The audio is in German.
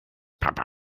papa